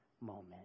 moment